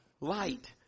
light